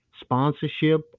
sponsorship